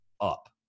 up